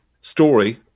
story